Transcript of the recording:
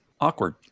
awkward